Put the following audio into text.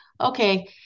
okay